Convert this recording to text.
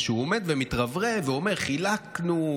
הוא שהוא עומד ומתרברב ואומר: חילקנו,